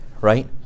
right